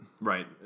Right